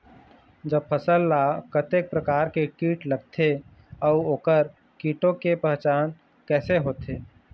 जब फसल ला कतेक प्रकार के कीट लगथे अऊ ओकर कीटों के पहचान कैसे होथे?